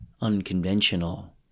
unconventional